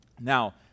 Now